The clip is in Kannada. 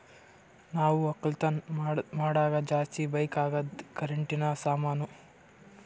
ನಾವ್ ಒಕ್ಕಲತನ್ ಮಾಡಾಗ ಜಾಸ್ತಿ ಬೇಕ್ ಅಗಾದ್ ಕರೆಂಟಿನ ಸಾಮಾನು